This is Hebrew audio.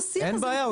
אין בעיה.